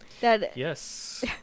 Yes